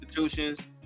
institutions